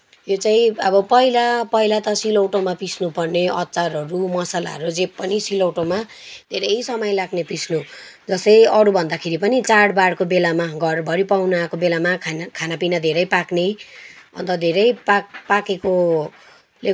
यो चाहिँ अब पहिला पहिला त सिलौटोमा पिस्नुपर्ने अचारहरू मसालाहरू जे पनि सिलौटोमा धेरै समय लाग्ने पिस्नु जसै अरूभन्दाखेरि पनि चाडबाडको बेलामा घरभरि पाहुना आएको बेलामा खाना खानापिना धेरै पाक्ने अन्त धेरै पाक पाकेकोले